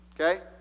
Okay